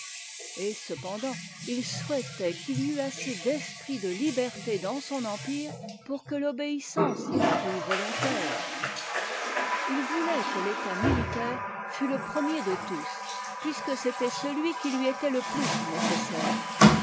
et cependant il souhaitait qu'il y eût assez d'esprit de liberté dans son empire pour que l'obéissance y parût volontaire il voulait que l'état militaire fut le premier de tous puisque c'était celui qui lui était le plus nécessaire